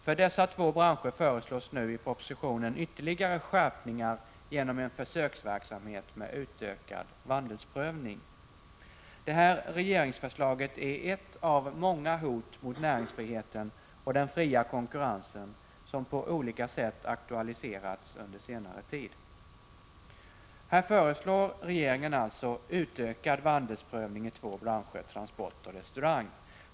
För dessa två branscher föreslås nu i propositionen ytterligare skärpningar genom en försöksverksamhet med utökad vandelsprövning. Det här regeringsförslaget är ett av många hot mot näringsfriheten och den fria konkurrensen som på olika sätt har aktualiserats under senare tid. Här föreslår regeringen utökad vandelsprövning i två branscher, transportbranschen och restaurangbranschen.